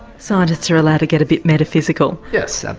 scientists are allowed to get a bit metaphysical. yes.